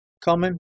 Common